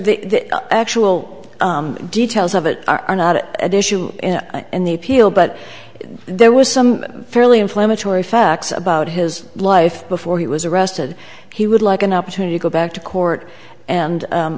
the actual details of it are not at issue in the appeal but there was some fairly inflammatory facts about his life before he was arrested he would like an opportunity to go back to court and